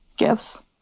gifts